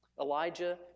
Elijah